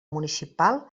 municipal